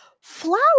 flower